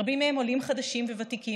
רבים מהם עולים חדשים וותיקים,